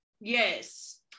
yes